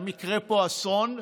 אם יקרה פה אסון,